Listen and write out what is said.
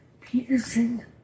Peterson